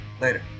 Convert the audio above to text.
Later